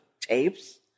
tapes